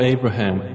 Abraham